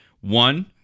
One